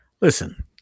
listen